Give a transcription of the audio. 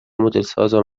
مدلسازان